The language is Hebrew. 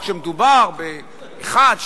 כשמדובר באחד,